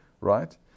right